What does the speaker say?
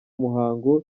muhango